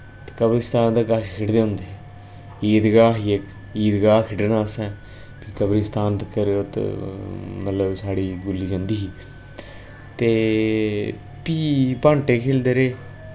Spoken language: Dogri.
ते कब्रेस्तान दे कछ खेढदे होंदे हे ईदगाह ही इक ईदगाह खेढना असें फ्ही कब्रेस्तान तगर मतलव साढ़ी गुल्ली जंदी ही ते फ्ही बांटे खेलदे रेह्